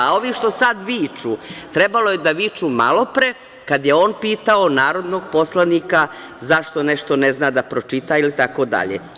A, ovi što sad viču, trebalo je da viču malopre kada je on pitao narodnog poslanika zašto nešto ne zna da pročita ili tako dalje.